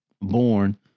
born